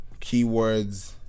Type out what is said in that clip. keywords